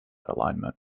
alignment